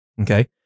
Okay